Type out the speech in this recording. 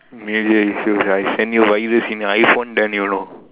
immediately I send you virus in iPhone then you know